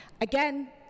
Again